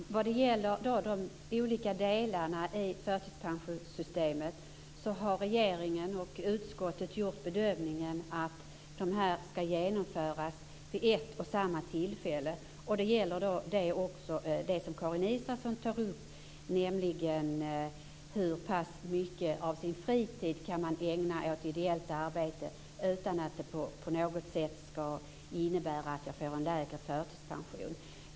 Fru talman! När det gäller de olika delarna i förtidspensionssystemet har regeringen och utskottet gjort bedömningen att de skall genomföras vid ett och samma tillfälle. Det gäller också det som Karin Israelsson tar upp, nämligen hur mycket av sin fritid man kan ägna åt ideellt arbete utan att det innebär att man får en lägre förtidspension.